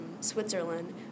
Switzerland